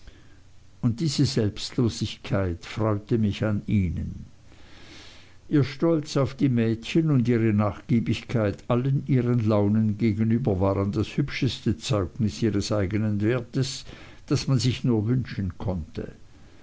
und diese selbstlosigkeit freute mich an ihnen ihr stolz auf die mädchen und ihre nachgiebigkeit allen ihren launen gegenüber waren das hübscheste zeugnis ihres eignen wertes das man sich nur wünschen konnte